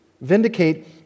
vindicate